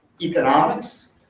economics